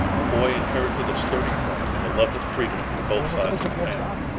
the boy inherited a sturdy frame and a love of freedom from both sides of the family.